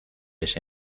ese